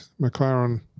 McLaren